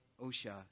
Osha